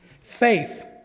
Faith